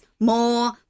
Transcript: more